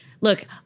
look